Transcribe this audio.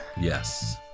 Yes